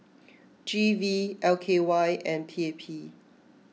G V L K Y and P A P